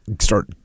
start